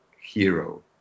hero